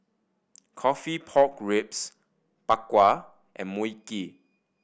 coffee pork ribs Bak Kwa and Mui Kee